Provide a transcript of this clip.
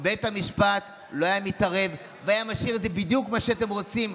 אם בית המשפט לא היה מתערב והיה משאיר את זה בדיוק כמו שאתם רוצים,